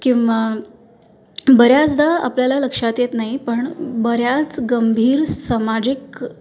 किंवा बऱ्याचदा आपल्याला लक्षात येत नाही पण बऱ्याच गंभीर सामाजिक